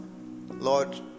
Lord